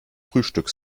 frühstück